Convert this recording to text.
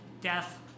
death